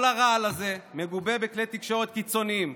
כל הרעל הזה מגובה בכלי תקשורת קיצוניים,